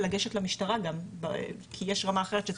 לגשת למשטרה גם כי יש רמה אחרת.